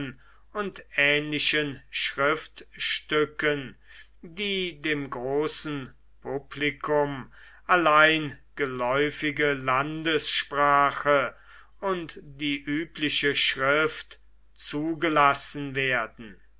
und ähnlichen schriftstücken die dem großen publikum allein geläufige landessprache und die übliche schrift zugelassen werden